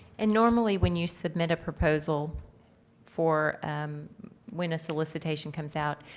and normally when you submit a proposal for um when a solicitation comes out,